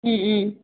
ம் ம்